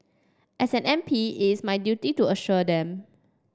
as an M P it's my duty to assure them